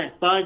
Bye